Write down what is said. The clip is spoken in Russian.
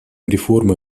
реформы